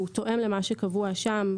והוא תואם למה שקבוע שם.